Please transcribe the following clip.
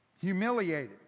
humiliated